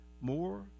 more